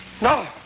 No